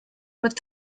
mit